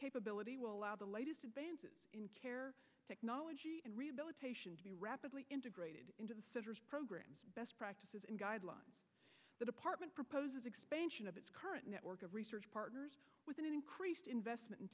capability will allow the latest advances in care technology and rehabilitation to be rapidly integrated into the programs best practices and guidelines the department proposes expansion of its current network of research partners with an increased investment